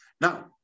Now